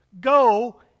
Go